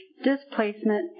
displacement